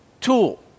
tool